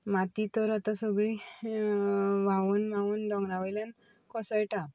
माती तर आतां सगळीं व्हांवून व्हांवून दोंगरा वयल्यान कोसळटा